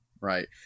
Right